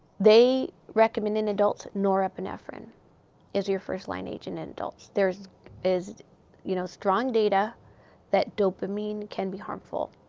they recommend in adults, norepinephrine is your first-line agent in adults. there is is you know strong data that dopamine can be harmful.